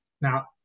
Now